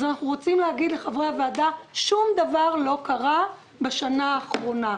אז אנחנו רוצים להגיד לחברי הוועדה: שום דבר לא קרה בשנה האחרונה,